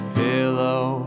pillow